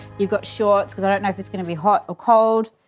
you got shorts, cause i don't know if it's gonna be hot or cold.